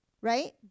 Right